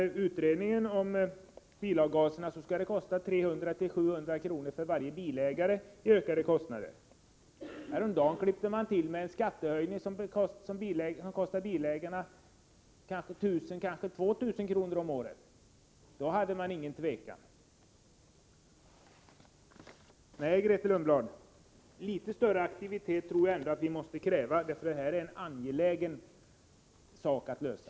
Enligt utredningen om bilavgaserna blir det 300-700 kr. i ökade kostnader för varje bilägare. Häromdagen klippte regeringen till med en skattehöjning som kostar bilägarna kanske 1 000-2 000 kr. om året. Då tvekade man inte! Nej, Grethe Lundblad, litet större aktivitet tror jag ändå vi måste kräva — det här är ett problem som det är angeläget att lösa.